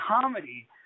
comedy